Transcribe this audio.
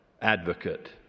advocate